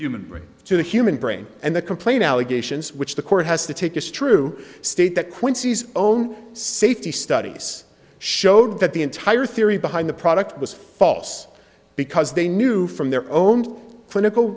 human to the human brain and the complaint allegations which the court has to take is true state that quincy's own safety studies showed that the entire theory behind the product was false because they knew from their own political